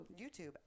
YouTube